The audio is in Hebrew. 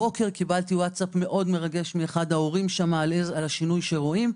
הבוקר קבלתי הודעה מרגשת מאחד ההורים על השינוי שרואים.